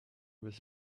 with